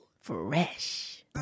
Fresh